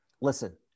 Listen